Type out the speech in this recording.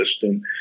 system